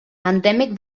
endèmic